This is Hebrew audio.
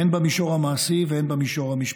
הן במישור המעשי והן במישור המשפטי.